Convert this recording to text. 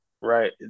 Right